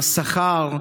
מס שכר,